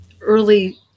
early